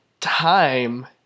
time